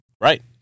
Right